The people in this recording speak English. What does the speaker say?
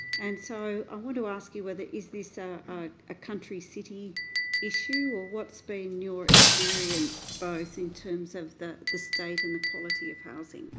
and so i want to ask you whether, is this a ah country city issue or what's been your experience, both in terms of the the state and the quality of housing?